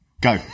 Go